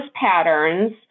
patterns